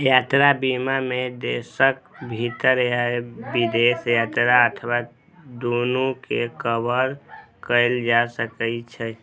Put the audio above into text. यात्रा बीमा मे देशक भीतर या विदेश यात्रा अथवा दूनू कें कवर कैल जा सकै छै